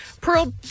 Pearl